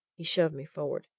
he shoved me forward.